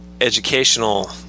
educational